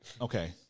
Okay